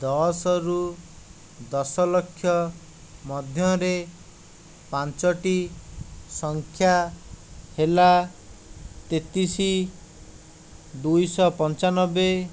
ଦଶରୁ ଦଶ ଲକ୍ଷ ମଧ୍ୟରେ ପାଞ୍ଚୋଟି ସଂଖ୍ୟା ହେଲା ତେତିଶ ଦୁଇଶହ ପଞ୍ଚାନବେ